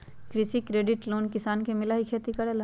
कृषि credit loan किसान के मिलहई खेती करेला?